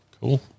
Cool